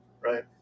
Right